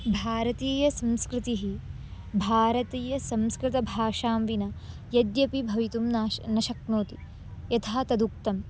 भारतीयसंस्कृतिः भारतीयसंस्कृतभाषां विना यद्यपि भवितुं नाश् न शक्नोति यथा तद् उक्तम्